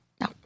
No